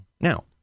Now